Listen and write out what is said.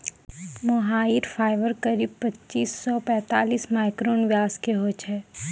मोहायिर fibre करीब पच्चीस सॅ पैतालिस माइक्रोन व्यास के होय छै